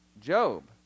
Job